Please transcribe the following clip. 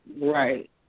Right